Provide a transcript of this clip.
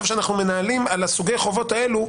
שאנחנו מנהלים על סוגי החובות האלו,